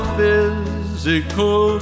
physical